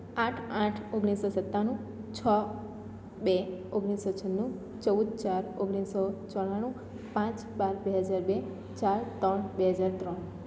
આઠ આઠ ઓગણીસસો સતાણું છ બે ઓગણીસ સો છન્નું ચૌદ ચાર ઓગણીસસો ચોરાણું પાંચ બાર બે હજાર બે ચાર ત્રણ બે હજાર ત્રણ